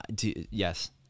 Yes